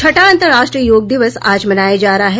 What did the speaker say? छठा अंतर्राष्ट्रीय योग दिवस आज मनाया जा रहा है